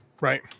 right